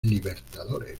libertadores